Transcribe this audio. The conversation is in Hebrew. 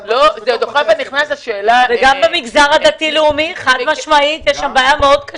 גם במגזר הדתי לאומי יש בעיה מאוד קשה.